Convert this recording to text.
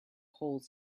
holes